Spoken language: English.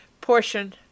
portion